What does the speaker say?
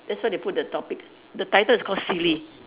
that's why they put the topic the title is called silly